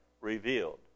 revealed